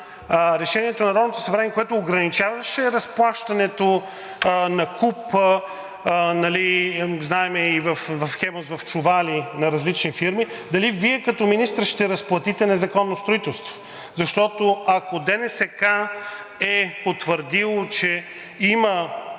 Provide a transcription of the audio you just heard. събрание, което ограничаваше разплащането на куп – знаем и „Хемус“, в чували на различни фирми, дали Вие като министър ще разплатите незаконно строителство? Защото, ако ДНСК е потвърдило, че